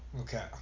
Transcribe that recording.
Okay